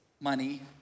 money